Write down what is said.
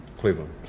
Cleveland